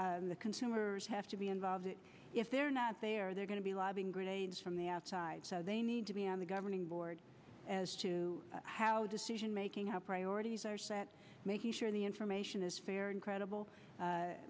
advocates the consumers have to be involved if they're not there they're going to be lobbing grenades from the outside so they need to be on the governing board as to how decision making how priorities are set making sure the information is fair and credible